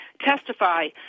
testify